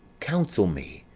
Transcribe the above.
counsel me.